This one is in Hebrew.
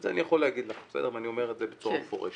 את זה אני יכול להגיד לך ואני אומר את זה בצורה מפורשת.